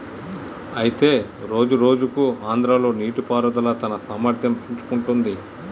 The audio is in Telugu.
అయితే రోజురోజుకు ఆంధ్రాలో నీటిపారుదల తన సామర్థ్యం పెంచుకుంటున్నది